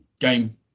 game